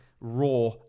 raw